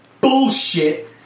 Bullshit